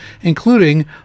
including